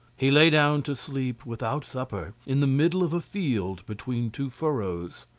he lay down to sleep without supper, in the middle of a field between two furrows.